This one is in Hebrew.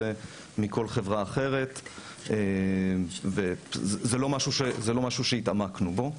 מכל חברה אחרת וזה לא משהו שהתעמקנו בו.